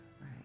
Right